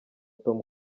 tom